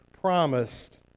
promised